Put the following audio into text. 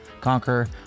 conquer